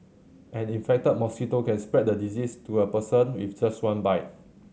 an infected mosquito can spread the disease to a person with just one bite